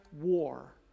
war